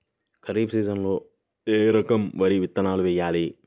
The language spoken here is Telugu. ఖరీఫ్ సీజన్లో ఏ రకం వరి విత్తనాలు వేయాలి?